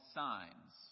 signs